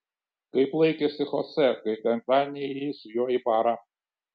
kaip laikėsi chosė kai penktadienį ėjai su juo į barą